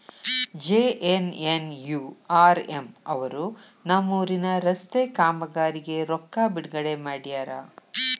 JNNURM ಅವರು ನಮ್ಮೂರಿನ ರಸ್ತೆ ಕಾಮಗಾರಿಗೆ ರೊಕ್ಕಾ ಬಿಡುಗಡೆ ಮಾಡ್ಯಾರ